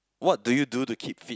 what do you do to keep fit